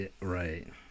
Right